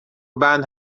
بند